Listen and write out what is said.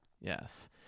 Yes